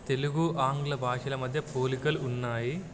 తెలుగు ఆంగ్ల భాషల మధ్య పోలికలు ఉన్నాయి